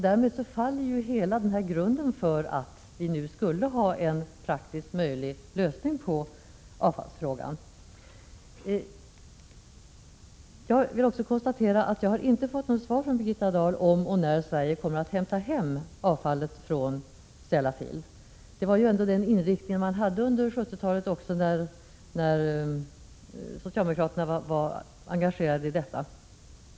Därmed faller hela grunden för att vi nu skulle ha en praktiskt möjlig lösning på avfallsfrågan. Jag vill också konstatera att jag inte har fått något svar från Birgitta Dahl på frågan om och när Sverige kommer att hämta hem avfallet från Sellafield. Det var ju ändå den inriktningen man hade under 1970-talet, då socialdemokraterna var engagerade i detta.